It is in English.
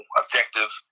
objective